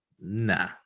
Nah